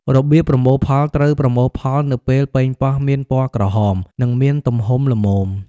របៀបប្រមូលផល ត្រូវប្រមូលផលនៅពេលប៉េងប៉ោះមានពណ៌ក្រហម និងមានទំហំល្មម។